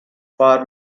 far